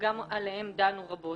וגם עליהם דנו רבות.